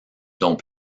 dont